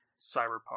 cyberpunk